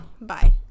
bye